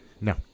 No